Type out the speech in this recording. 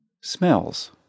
smells